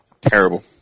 terrible